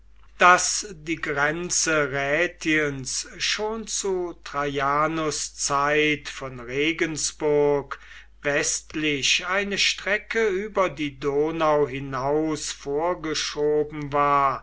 daß die grenze rätiens schon zu traianus zeit von regensburg westlich eine strecke über die donau hinaus vorgeschoben war